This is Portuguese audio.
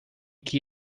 que